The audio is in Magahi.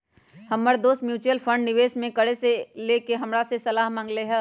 हमर दोस म्यूच्यूअल फंड में निवेश करे से लेके हमरा से सलाह मांगलय ह